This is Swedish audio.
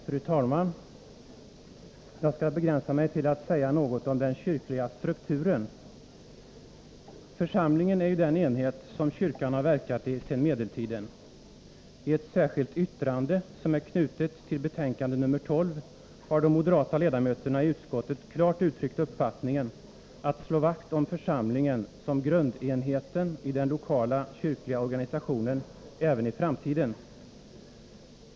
Herr talman! Jag skall begränsa mig till att säga något om den kyrkliga strukturen. Församlingen är ju den enhet som kyrkan har verkat i sedan medeltiden. I ett särskilt yttrande, som är knutet till betänkande nr 12, har de moderata ledamöterna i utskottet klart uttryckt uppfattningen att det är angeläget att slå vakt om församlingen som grundenheten i den lokala kyrkliga organisationen även i framtiden.